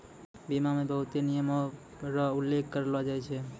बीमा मे बहुते नियमो र उल्लेख करलो जाय छै